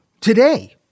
today